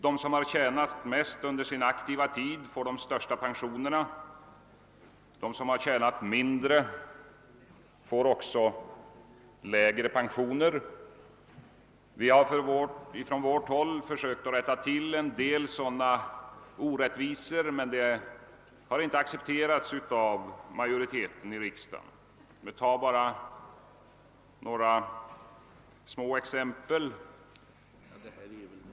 De som tjänat mest under sin aktiva tid får de största pensionerna, medan de som tjänat mindre får lägre pensioner. Från vårt håll har vi försökt att rätta till en del sådana orättvisor, men detta har inte fått stöd av majoriteten i riksdagen. Jag tar här bara några få exempel.